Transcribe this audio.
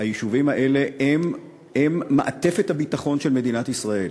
היישובים האלה הם מעטפת הביטחון של מדינת ישראל,